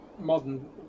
modern